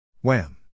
Wham